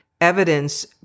evidence